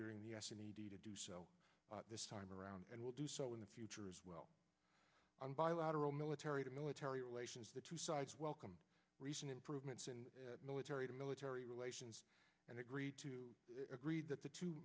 during the media to do so this time around and will do so in the future as well on bilateral military to military relations the two sides welcomed recent improvements in military to military relations and agreed to agreed that the two